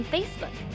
Facebook